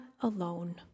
alone